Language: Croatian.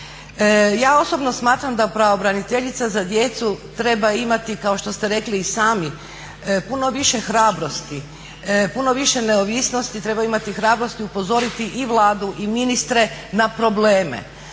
Ja osobno smatram da pravobraniteljica za djecu treba imati kao što ste rekli i sami puno više hrabrost, puno više neovisnosti, treba imati hrabrosti upozoriti i Vladu i ministre ne probleme.